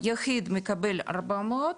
יחיד מקבל 400,